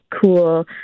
cool